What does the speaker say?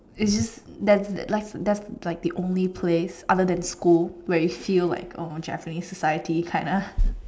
it's just that that like that the only place other than school where you feel like oh Japanese society kinda